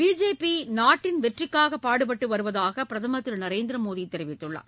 BJP வெற்றிக்காக நாட்டின் வருவதாக பிரதமர் திரு நரேந்திர மோடி தெரிவித்துள்ளார்